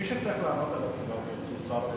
מי שצריך לענות על, הוא שר הביטחון.